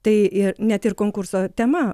tai ir net ir konkurso tema